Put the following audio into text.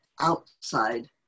outside